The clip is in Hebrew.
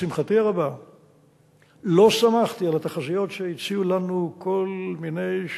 לשמחתי הרבה לא סמכתי על התחזיות שהציעו לנו כל מיני,